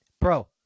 bro